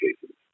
cases